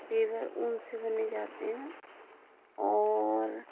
pure ऊन से बुने जाते हैं और